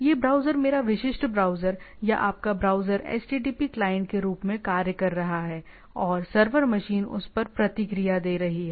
यह ब्राउज़र मेरा विशिष्ट ब्राउज़र या आपका ब्राउज़र http क्लाइंट के रूप में कार्य कर रहा है और सर्वर मशीन उस पर प्रतिक्रिया दे रही है